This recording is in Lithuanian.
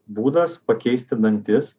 būdas pakeisti dantis